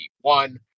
one